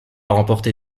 remporter